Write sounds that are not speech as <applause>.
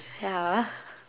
ya <breath>